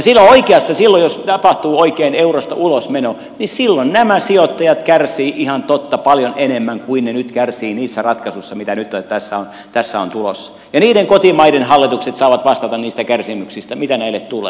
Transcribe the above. silloin jos tapahtuu oikein eurosta ulosmeno nämä sijoittajat kärsivät ihan totta paljon enemmän kuin ne nyt kärsivät niissä ratkaisuissa joita tässä nyt on tulossa ja niiden kotimaiden hallitukset saavat vastata niistä kärsimyksistä joita näille tulee